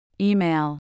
Email